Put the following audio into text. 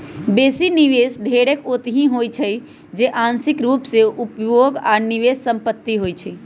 बेशी निवेश ढेरेक ओतहि होइ छइ जे आंशिक रूप से उपभोग आऽ निवेश संपत्ति होइ छइ